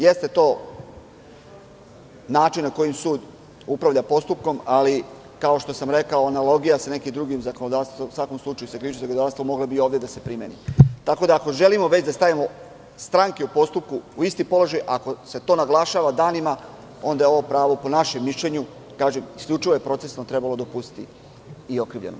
Jeste to način na koji sud upravlja postupkom, ali, kao što sam rekao, analogija sa nekim drugim zakonodavstvom, u svakom slučaju sa krivičnim zakonodavstvom, mogla bi ovde da se primeni, tako da ako želimo već da stavimo stranke u postupku u isti položaj, ako se to naglašava danima, onda je ovo pravo, po našem mišljenju, isključivo je procesno, trebalo dopustiti i okrivljenom.